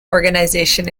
organization